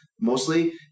mostly